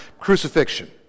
crucifixion